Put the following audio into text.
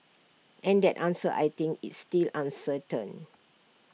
and that answer I think is still uncertain